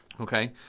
okay